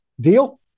deal